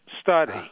Study